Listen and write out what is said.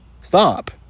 stop